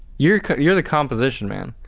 you you are the composition man.